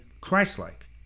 Christ-like